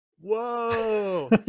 Whoa